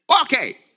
Okay